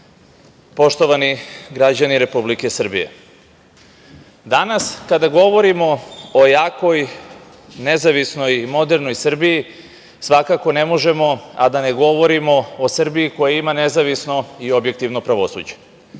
poštovani građani Republike Srbije, danas, kada govorimo o jakoj, nezavisnoj i modernoj Srbiji, svakako ne možemo a da ne govorimo o Srbiji koja ima nezavisno i objektivno pravosuđe,